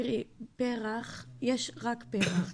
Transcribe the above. תראי, יש רק פר"ח.